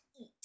eat